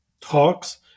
talks